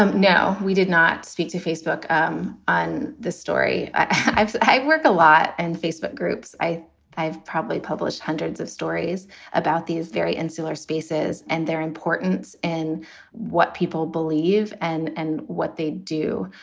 um no, we did not speak to facebook um on this story. i work a lot and facebook groups, i i have probably published hundreds of stories about these very insular spaces and their importance and what people believe and and what they do,